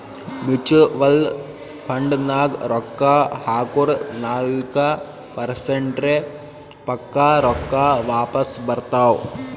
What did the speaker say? mutual ಫಂಡ್ನಾಗ್ ರೊಕ್ಕಾ ಹಾಕುರ್ ನಾಲ್ಕ ಪರ್ಸೆಂಟ್ರೆ ಪಕ್ಕಾ ರೊಕ್ಕಾ ವಾಪಸ್ ಬರ್ತಾವ್